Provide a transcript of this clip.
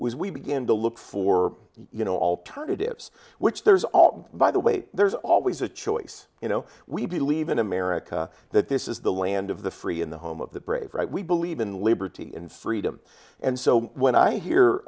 we began to look for you know alternatives which there's all by the way there's always a choice you know we believe in america that this is the land of the free in the home of the brave right we believe in liberty and freedom and so when i hear